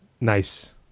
Nice